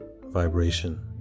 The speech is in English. vibration